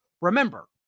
remember